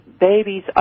Babies